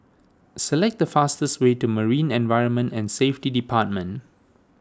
select the fastest way to Marine Environment and Safety Department